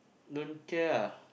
don't care ah